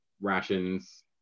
rations